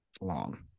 long